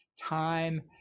time